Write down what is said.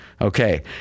Okay